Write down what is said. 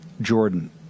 Jordan